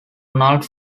ronald